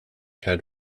had